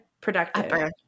productive